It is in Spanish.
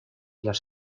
las